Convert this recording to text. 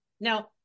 Now